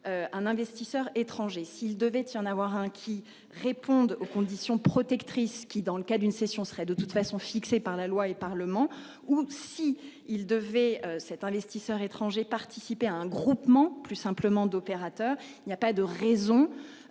Un investisseur étranger, s'il devait y en avoir un qui répondent aux conditions protectrice qui dans le cas d'une session serait de toute façon fixé par la loi et Parlement ou si il devait cet investisseur étranger participé à un groupement plus simplement d'opérateur il y a pas de raison